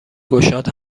گشاد